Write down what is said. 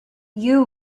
you